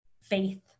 faith